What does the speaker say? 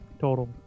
total